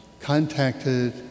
contacted